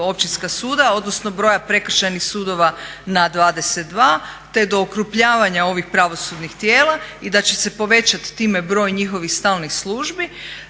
općinska suda, odnosno broja prekršajnih sudova na 22 te dio okrupnjavanja ovih pravosudnih tijela i da će se povećati time broj njihovih stalnih službi